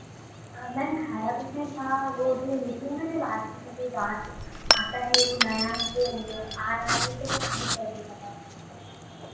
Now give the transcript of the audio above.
ma'am खाया कुछ नहीं था वो जो नीचे है ना जो लास्ट में जो दांत आता है वो नया वो आ रहा है तो वो बहुत दर्द कर रहा है